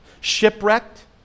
Shipwrecked